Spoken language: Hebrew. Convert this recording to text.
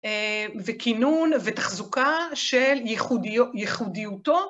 וכינון ותחזוקה של ייחודיותו.